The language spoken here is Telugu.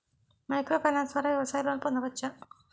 మైక్రో ఫైనాన్స్ ద్వారా వ్యవసాయ లోన్ పొందవచ్చా?